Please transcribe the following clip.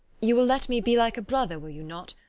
you will let me be like a brother, will you not,